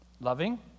Loving